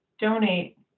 donate